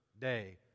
day